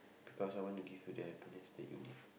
because I want to give you the happiness that you need